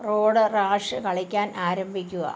road rash കളിക്കാൻ ആരംഭിക്കുക